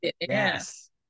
yes